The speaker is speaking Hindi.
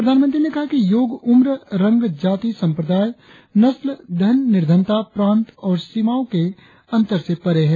प्रधानमंत्री ने कहा कि योग उम्र रंग जाति संप्रदाय नस्ल धन निर्धनता प्रांत और सीमाओं के अंतर से परे है